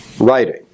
writing